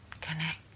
connect